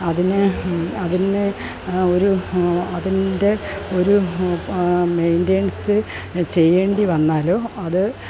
അതിന് അതിന് ഒരു അതിൻ്റെ ഒരു മെയിൻ്റെനൻസ് ചെയ്യേണ്ടി വന്നാലോ അത്